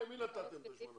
למי נתתם את ה-8 מיליארדים?